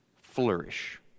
flourish